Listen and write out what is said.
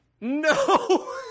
No